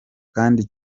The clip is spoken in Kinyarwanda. kandi